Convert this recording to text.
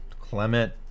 Clement